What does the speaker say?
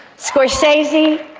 squish daisy